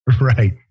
Right